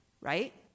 Right